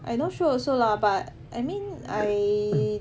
I not sure also lah but I mean I